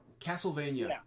Castlevania